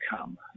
come